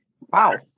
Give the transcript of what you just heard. Wow